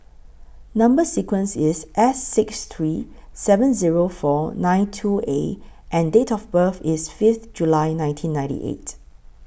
Number sequence IS S six three seven Zero four nine two A and Date of birth IS Fifth July nineteen ninety eight